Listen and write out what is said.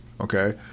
Okay